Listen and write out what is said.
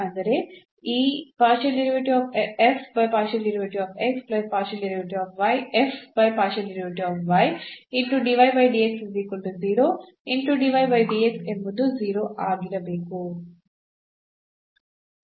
ಅಂದರೆ ಈ into ಎಂಬುದು 0 ಆಗಿರಬೇಕು